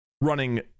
running